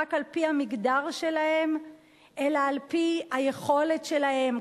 רק על-פי המגדר שלהם אלא על-פי היכולת שלהן,